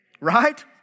right